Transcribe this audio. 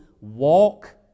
walk